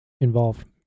involved